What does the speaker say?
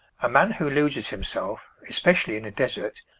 a man who loses himself, especially in a desert,